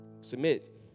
Submit